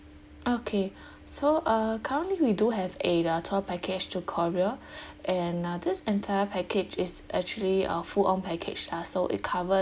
okay so uh currently we do have a ah tour packages to korea and uh this entire package is actually uh full on packaged lah so it covers